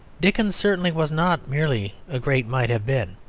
dickens certainly was not merely a great might-have-been.